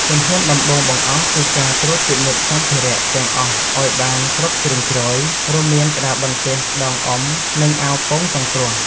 ជំហានដំបូងបង្អស់ គឺការត្រួតពិនិត្យសម្ភារៈទាំងអស់ឱ្យបានគ្រប់ជ្រុងជ្រោយ រួមមានក្តារបន្ទះ ដងអុំ និងអាវពោងសង្គ្រោះ។